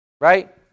Right